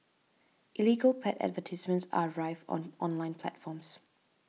illegal pet advertisements are rife on online platforms